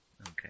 Okay